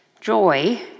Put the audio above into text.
Joy